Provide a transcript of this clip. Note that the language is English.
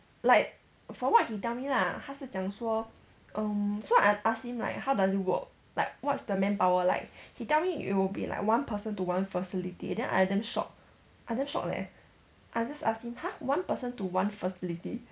like from what he tell me lah 他是讲说 um so I asked him like how does it work like what's the manpower like he tell me it would be like one person to one facility then I damn shock I damn shock leh I just ask him !huh! one person to one facility